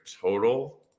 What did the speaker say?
total